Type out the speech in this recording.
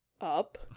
up